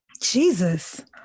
Jesus